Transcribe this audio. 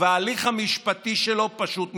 ההליך המשפטי שלו פשוט נמשך.